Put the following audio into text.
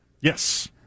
Yes